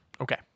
Okay